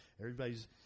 everybody's